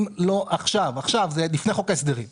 אם לא נפצה עכשיו את החקלאים,